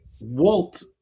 Walt